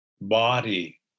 body